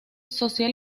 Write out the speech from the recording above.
social